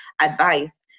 advice